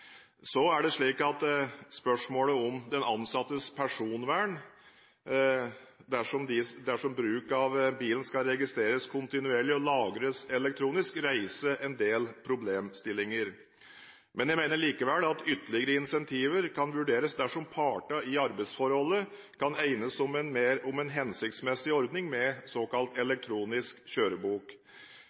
Spørsmålet om den ansattes personvern dersom bruk av bilen skal registreres kontinuerlig og lagres elektronisk, reiser en del problemstillinger. Jeg mener likevel at ytterligere incentiver kan vurderes dersom partene i arbeidsforholdet kan enes om en hensiktsmessig ordning med såkalt elektronisk kjørebok.